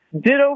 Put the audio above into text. Ditto